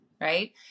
right